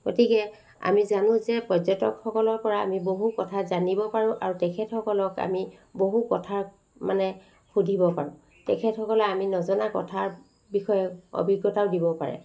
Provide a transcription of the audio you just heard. গতিকে আমি জানো যে পৰ্যটকসকলৰপৰা আমি বহু কথা জানিব পাৰোঁ আৰু তেখেতসকলক আমি বহু কথাত মানে সুধিব পাৰোঁ তেখেতসকলে আমি নজনা কথাৰ বিষয়ে অভিজ্ঞতাও দিব পাৰে